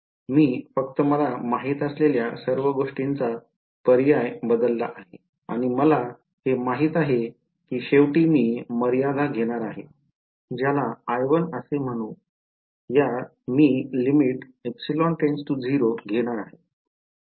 मी फक्त मला माहित असलेल्या सर्व गोष्टींचा पर्याय बदलला आहे आणि मला हे माहित आहे की शेवटी मी मर्यादा घेणार आहे ज्याला I1 असे म्हणू या मी घेणार आहे